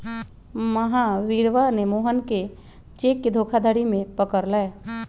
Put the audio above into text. महावीरवा ने मोहन के चेक के धोखाधड़ी में पकड़ लय